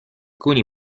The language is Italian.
coni